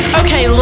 okay